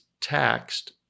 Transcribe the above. taxed